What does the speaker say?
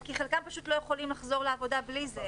כי חלקם פשוט לא יכולים לחזור לעבודה בלי זה,